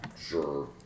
Sure